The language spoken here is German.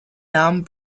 namen